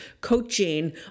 coaching